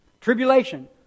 Tribulation